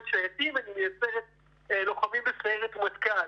היא מייצרת לוחמי בסיירת מטכ"ל,